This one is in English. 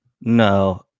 No